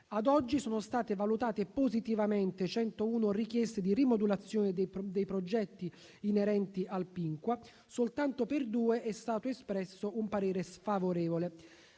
Ad oggi, sono state valutate positivamente 101 richieste di rimodulazione dei progetti inerenti al Pinqua. Soltanto per due è stato espresso un parere sfavorevole.